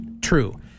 True